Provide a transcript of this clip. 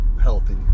healthy